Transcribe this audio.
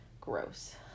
Gross